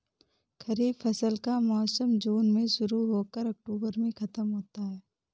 खरीफ फसल का मौसम जून में शुरू हो कर अक्टूबर में ख़त्म होता है